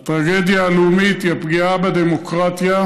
הטרגדיה הלאומית היא הפגיעה בדמוקרטיה,